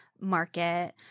market